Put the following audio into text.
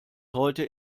heute